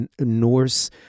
Norse